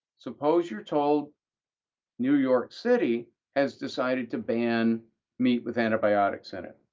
suppose you're told new york city has decided to ban meat with antibiotics in it.